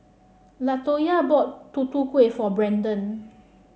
Latoya bought Tutu Kueh for Brandan